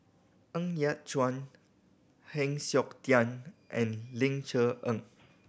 Ng Yat Chuan Heng Siok Tian and Ling Cher Eng